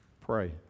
Pray